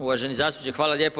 Uvaženi zastupniče, hvala lijepo.